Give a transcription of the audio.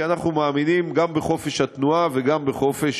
כי אנחנו מאמינים גם בחופש תנועה וגם בחופש